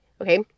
okay